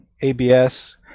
ABS